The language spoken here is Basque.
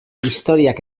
historiak